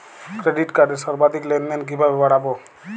Credit কার্ডের সর্বাধিক লেনদেন কিভাবে বাড়াবো?